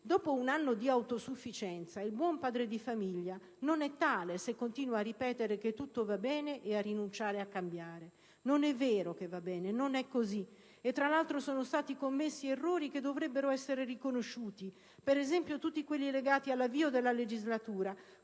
dopo un anno di autosufficienza, il buon padre di famiglia non è tale se continua a ripetere che tutto va bene e a rinunciare a cambiare. Non è vero che va bene, non è così e tra l'altro sono stati commessi errori che dovrebbero essere riconosciuti, per esempio tutti quelli legati all'avvio della legislatura,